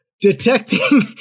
detecting